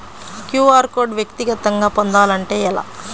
QR code వ్యక్తిగతంగా పొందాలంటే ఎలా?